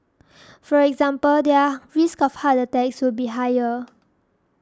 for example their risk of heart attacks would be higher